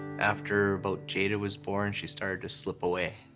after about jaida was born, she started to slip away.